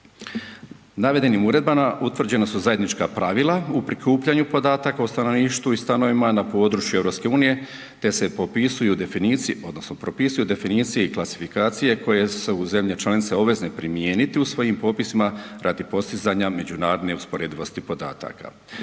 Navedenim uredbama utvrđena su zajednička pravila u prikupljanju podataka o stanovništvu i stanovima na području EU te se popisuju definicije odnosno propisuju definicije i klasifikacije koje su zemlje članice obvezne primijeniti u svojim popisima radi postizanja međunarodne usporedivosti podataka.